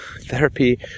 therapy